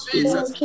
Jesus